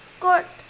court